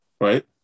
right